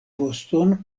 voston